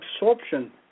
absorption